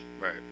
Right